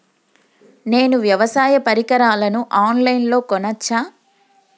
నేను వ్యవసాయ పరికరాలను ఆన్ లైన్ లో కొనచ్చా?